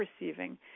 receiving